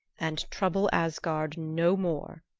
and trouble asgard no more,